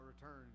return